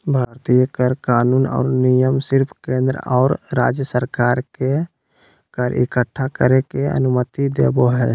भारतीय कर कानून और नियम सिर्फ केंद्र और राज्य सरकार के कर इक्कठा करे के अनुमति देवो हय